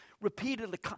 repeatedly